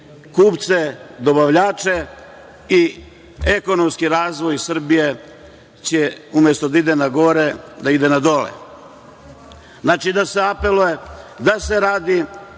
kupce, dobavljače i ekonomski razvoj Srbije će umesto da ide na gore, da ide na dole. Znači, da se apeluje da se radi,